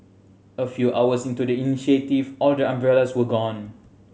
a few hours into the initiative all the umbrellas were gone